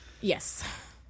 Yes